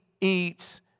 eats